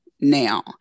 now